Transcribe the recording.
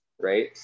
right